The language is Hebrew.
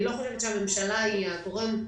לדעתי, הממשלה היא לא הגורם.